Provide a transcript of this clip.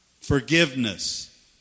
Forgiveness